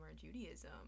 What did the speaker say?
Judaism